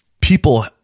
people